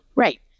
Right